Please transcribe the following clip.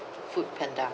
foodpanda